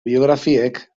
biografiek